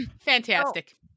Fantastic